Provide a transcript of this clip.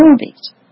movies